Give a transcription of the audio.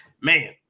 man